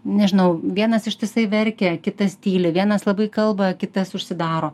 nežinau vienas ištisai verkia kitas tyli vienas labai kalba kitas užsidaro